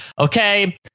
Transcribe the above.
okay